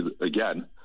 again